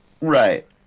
Right